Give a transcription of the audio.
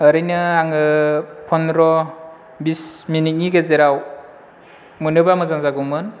ओरैनो आङो पनद्रि बिस मिनिटनि गेजेराव मोनोबा मोजां जागौमोन